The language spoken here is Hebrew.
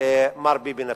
מר ביבי נתניהו.